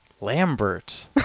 Lambert